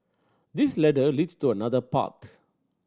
this ladder leads to another path